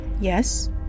Yes